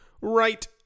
right